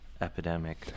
epidemic